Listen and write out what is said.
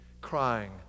Crying